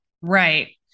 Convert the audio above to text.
Right